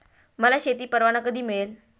मला शेती परवाना कधी मिळेल?